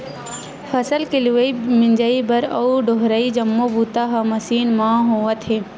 फसल के लुवई, मिजई बर अउ डोहरई जम्मो बूता ह मसीन मन म होवत हे